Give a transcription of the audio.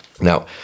Now